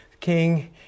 king